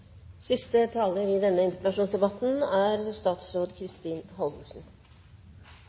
Siste taler i denne interpellasjonsdebatten er statsråd Kristin